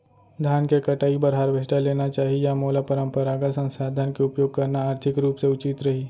धान के कटाई बर हारवेस्टर लेना चाही या मोला परम्परागत संसाधन के उपयोग करना आर्थिक रूप से उचित रही?